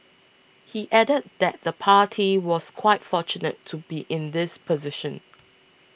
he added that the party was quite fortunate to be in this position